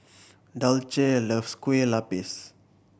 Dulce loves Kueh Lapis